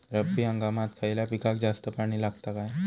रब्बी हंगामात खयल्या पिकाक जास्त पाणी लागता काय?